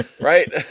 Right